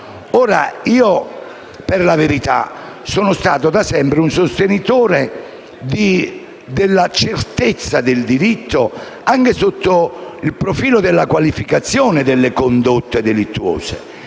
mafiosa. Per la verità, essendo da sempre un sostenitore della certezza del diritto, anche sotto il profilo della qualificazione delle condotte delittuose,